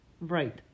right